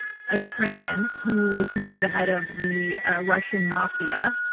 a ukrainian, who was considered the head of the russian mafia.